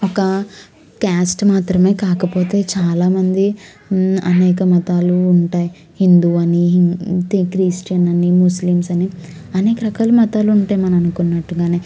ఒక క్యాస్ట్ మాత్రమే కాకపోతే చాలామంది అనేక మతాలు ఉంటాయి హిందువని క్రిస్టియన్ అని ముస్లిమ్స్ అని అనేకరకాల మతాలు ఉంటాయి మనం అనుకున్నట్టుగానే